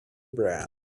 brown